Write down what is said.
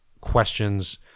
questions